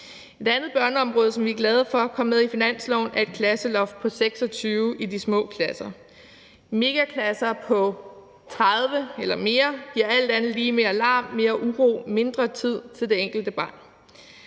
Et andet børneområde, som vi er glade for kom med i finansloven, er et klasseloft på 26 i de små klasser. Megaklasser på 30 eller mere giver alt andet lige mere larm, mere uro, mindre tid til det enkelte barn.